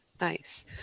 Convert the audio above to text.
Nice